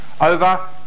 over